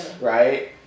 right